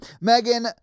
Megan